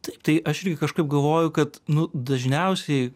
taip tai aš irgi kažkaip galvoju kad nu dažniausiai